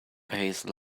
pays